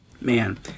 man